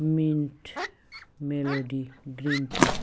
mint melody green tea